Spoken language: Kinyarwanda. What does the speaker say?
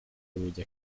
urugi